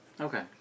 Okay